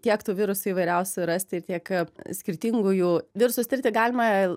tiek tų virusų įvairiausių rasti tiek skirtingų jų virusus tirti galima